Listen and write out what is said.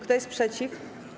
Kto jest przeciw?